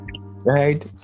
right